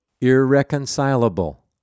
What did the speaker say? Irreconcilable